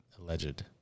alleged